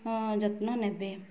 ଯତ୍ନ ନେବେ